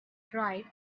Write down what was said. dried